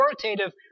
authoritative